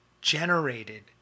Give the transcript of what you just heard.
generated